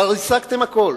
כבר ריסקתם הכול.